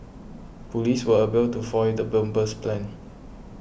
police were able to foil the bomber's plans